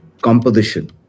Composition